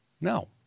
No